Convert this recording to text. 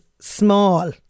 small